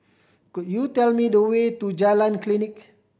could you tell me the way to Jalan Klinik